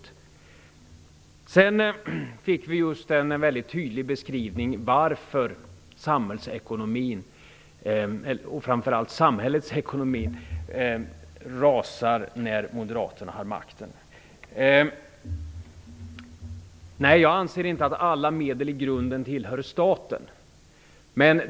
Vi fick just en mycket tydlig beskrivning av varför samhällsekonomin och framför allt samhällets ekonomi rasar när moderaterna har makten. Nej, jag anser inte att alla medel i grunden tillhör staten.